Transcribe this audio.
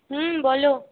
হুম বলো